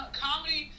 comedy